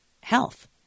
health